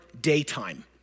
daytime